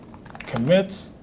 commit,